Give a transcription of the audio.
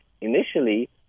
Initially